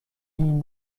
این